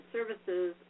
Services